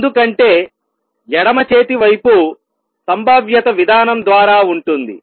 ఎందుకంటే ఎడమ చేతి వైపు సంభావ్యత విధానం ద్వారా ఉంటుంది